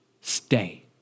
stay